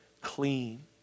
clean